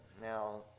Now